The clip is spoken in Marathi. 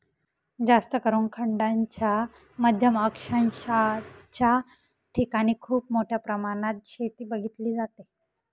जास्तकरून खंडांच्या मध्य अक्षांशाच्या ठिकाणी खूप मोठ्या प्रमाणात शेती बघितली जाते